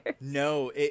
No